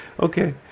okay